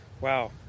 Wow